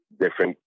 different